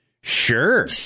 Sure